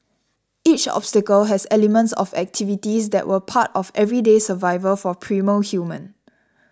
each obstacle has elements of activities that were part of everyday survival for primal human